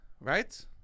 right